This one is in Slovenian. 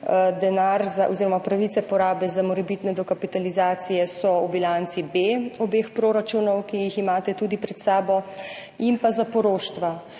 Denar oziroma pravice porabe za morebitne dokapitalizacije so v bilanci B obeh proračunov, ki ju imate tudi pred sabo, in za poroštva.